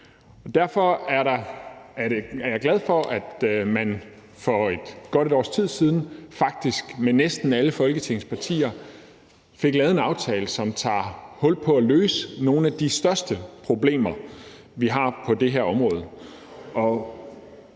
Derfor er jeg glad for, at man for godt et års tid siden faktisk med næsten alle folketingspartier fik lavet en aftale, som tager hul på at løse nogle af de største problemer, vi har på det her område.